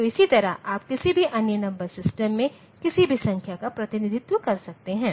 तो इसी तरह आप किसी भी अन्य नंबर सिस्टम में किसी भी संख्या का प्रतिनिधित्व कर सकते हैं